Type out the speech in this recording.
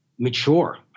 mature